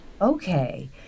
okay